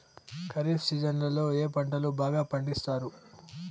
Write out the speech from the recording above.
ఖరీఫ్ సీజన్లలో ఏ పంటలు బాగా పండిస్తారు